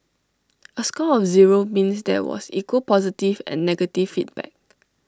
A score of zero means there was equal positive and negative feedback